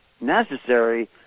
necessary